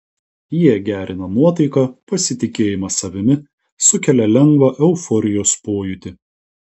jie gerina nuotaiką pasitikėjimą savimi sukelia lengvą euforijos pojūtį